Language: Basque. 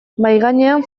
mahaigainean